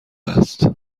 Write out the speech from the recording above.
است